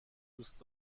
دوست